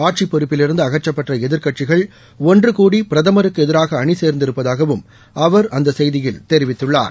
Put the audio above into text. ஆட்சிப் பொறுப்பிலிருந்து அகற்றப்பட்ட எதிர்க்கட்சிகள் ஒன்றுகூடி பிரதமருக்கு எதிராக அணி சேர்ந்திருப்பதாகவும் அவர் அந்த செய்தியில் தெரிவித்துள்ளார்